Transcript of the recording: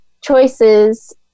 choices